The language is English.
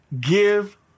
give